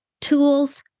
tools